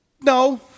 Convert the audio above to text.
No